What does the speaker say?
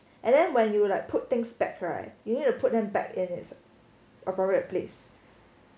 and then when you like put things back right you need to put them back in its appropriate place